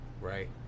right